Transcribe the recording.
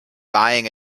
buying